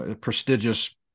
prestigious